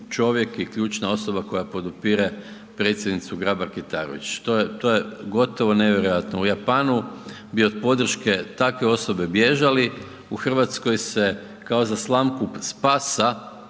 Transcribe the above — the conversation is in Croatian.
čovjek i ključna osoba koja podupire predsjednicu Grabar Kitarović. To je, to je gotovo nevjerojatno. U Japanu bi od podrške takve osobe bježali, u Hrvatskoj se kao za slamku spasa